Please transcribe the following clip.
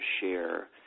share